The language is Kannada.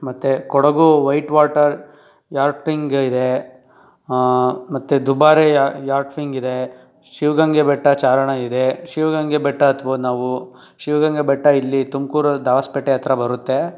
ಮತ್ತು ಕೊಡಗು ವೈಟ್ ವಾಟರ್ ಯಾರ್ಫ್ಟಿಂಗ್ ಇದೆ ಮತ್ತು ದುಬಾರೆ ಯಾ ಯಾರ್ಡ್ಫಿಂಗ್ ಇದೆ ಶಿವಗಂಗೆ ಬೆಟ್ಟ ಚಾರಣ ಇದೆ ಶಿವಗಂಗೆ ಬೆಟ್ಟ ಹತ್ಬೋದು ನಾವು ಶಿವಗಂಗೆ ಬೆಟ್ಟ ಇಲ್ಲಿ ತುಮ್ಕೂರಲ್ಲಿ ದಾಬಸ್ಪೇಟೆ ಹತ್ತಿರ ಬರುತ್ತೆ